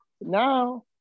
now